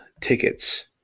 tickets